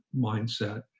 mindset